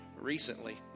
recently